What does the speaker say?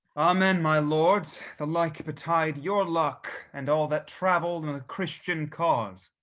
amen my lords, the like betide your luck, and all that travel and in a christian cause.